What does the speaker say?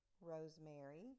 rosemary